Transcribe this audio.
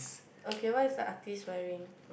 okay what is the artist wearing